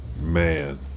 Man